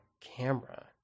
camera